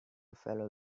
fellow